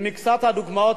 מקצת הדוגמאות,